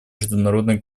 международной